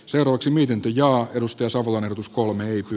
seuraavaksi miten teija edusti savolainen uskoo möykky